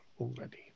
already